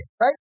Right